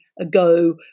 ago